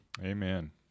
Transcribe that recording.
Amen